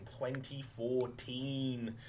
2014